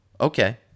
Okay